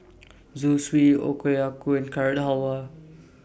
Zosui Okayu Carrot Halwa